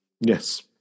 yes